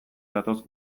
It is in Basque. datoz